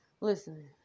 listen